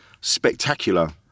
spectacular